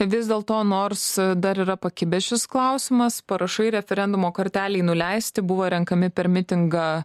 vis dėlto nors dar yra pakibęs šis klausimas parašai referendumo kartelei nuleisti buvo renkami per mitingą